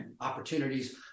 opportunities